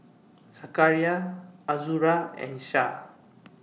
Zakaria Azura and Syah